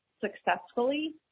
successfully